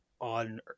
on